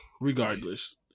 regardless